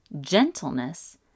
gentleness